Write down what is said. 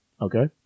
Okay